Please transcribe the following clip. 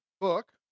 book